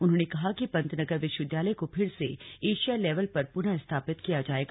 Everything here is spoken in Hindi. उन्होंने कहा पंतनगर विश्वविद्यालय को फिर से एशिया लेवल पर पुनः स्थापित किया जाएगा